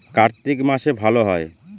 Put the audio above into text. কার্তিক মাসে ভালো হয়?